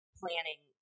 planning